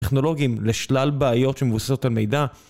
טכנולוגים לשלל בעיות שמבוססות על מידע.